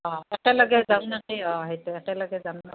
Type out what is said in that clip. অ একেলগে যাম নেকি অ সেইটো একেলগে যাম নেকি